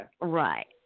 Right